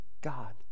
God